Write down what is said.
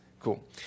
Cool